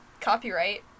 Copyright